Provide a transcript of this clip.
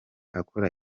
akora